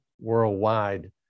worldwide